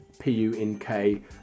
P-U-N-K